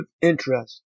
interest